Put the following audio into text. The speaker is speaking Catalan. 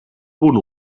punt